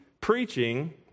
preaching